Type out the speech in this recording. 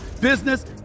business